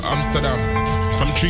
Amsterdam